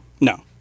No